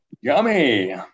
yummy